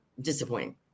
disappointing